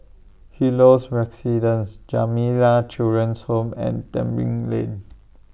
Helios Residences Jamiyah Children's Home and Tebing Lane